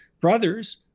brothers